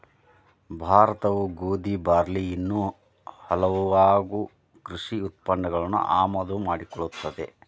ಭಾರತವು ಗೋಧಿ, ಬಾರ್ಲಿ ಇನ್ನೂ ಹಲವಾಗು ಕೃಷಿ ಉತ್ಪನ್ನಗಳನ್ನು ಆಮದು ಮಾಡಿಕೊಳ್ಳುತ್ತದೆ